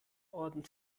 orden